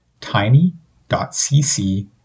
tiny.cc